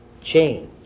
change